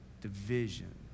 division